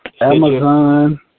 Amazon